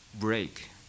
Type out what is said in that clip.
break